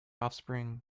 offspring